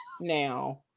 now